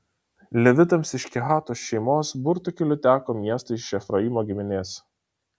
levitams iš kehato šeimos burtų keliu teko miestai iš efraimo giminės